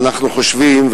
אנחנו חושבים,